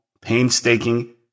painstaking